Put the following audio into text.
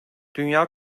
dünya